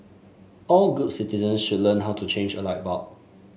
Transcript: all good citizens should learn how to change a light bulb